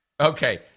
Okay